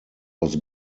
aus